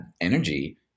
energy